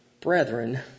brethren